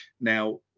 Now